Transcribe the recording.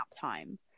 time